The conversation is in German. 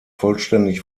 vollständig